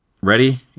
Ready